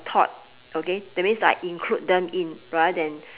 thought okay that means like include them in rather than